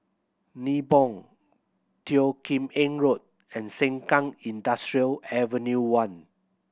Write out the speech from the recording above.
Nibong Teo Kim Eng Road and Sengkang Industrial Avenue One